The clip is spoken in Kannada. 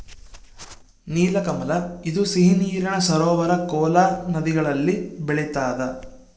ನೀಲಕಮಲ ಇದು ಸಿಹಿ ನೀರಿನ ಸರೋವರ ಕೋಲಾ ನದಿಗಳಲ್ಲಿ ಬೆಳಿತಾದ